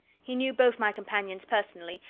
he knew both my companions personally,